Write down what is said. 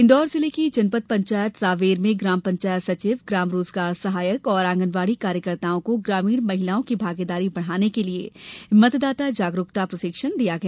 इन्दौर जिले की जनपद पंचायत सांवेर में ग्राम पंचायत सचिव ग्राम रोजगार सहायक और आंगनबाड़ी कार्यकर्ताओं को ग्रामीण महिलाओं की भागीदारी बढ़ाने के लिए मतदाता जागरुकता प्रशिक्षण दिया गया